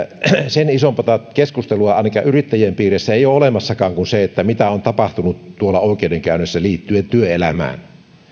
sen isompaa keskustelua ainakaan yrittäjien piirissä ei ole olemassakaan kuin se että mitä on tapahtunut oikeudenkäynneissä liittyen työelämään